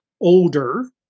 older